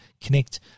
connect